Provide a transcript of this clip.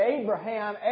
Abraham